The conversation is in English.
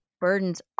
Burden's